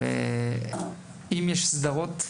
אם יש סדרות אחרות,